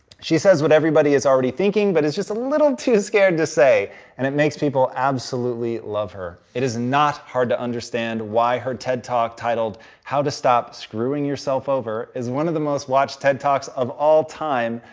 she says what everybody is already thinking but is just a little too scared to say and it makes people absolutely love her. it is not hard to understand why her ted talk titled how to stop screwing yourself over is one of the most watched ted talks of all time.